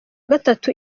gatatu